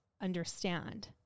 understand